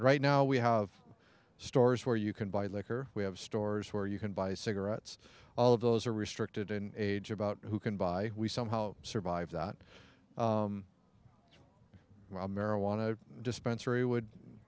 right now we have stores where you can buy liquor we have stores where you can buy cigarettes all of those are restricted in a job out who can buy we somehow survived while marijuana dispensary would